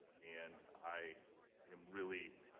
and i am really